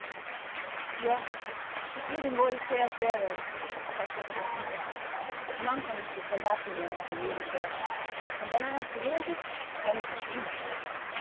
ja es wird ihm wohl sehr schwer werden sagte robert winter im anfang is das soldatenleben für jeden schwer und wenn einer verwöhnt is dann is es schlimm